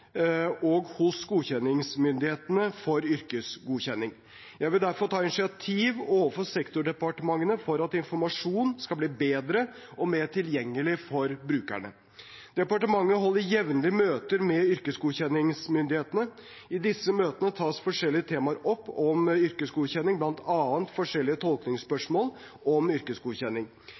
for yrkesgodkjenning. Jeg vil derfor ta initiativ overfor sektordepartementene for at informasjonen skal bli bedre og mer tilgjengelig for brukerne. Departementet holder jevnlig møter med yrkesgodkjenningsmyndighetene. I disse møtene tas forskjellige temaer om yrkesgodkjenning opp, bl.a. forskjellige tolkingsspørsmål om yrkesgodkjenning.